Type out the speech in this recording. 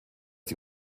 die